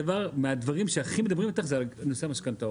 הדבר מהדברים שהכי מדברים איתך זה על נושא המשכנתאות.